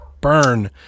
burn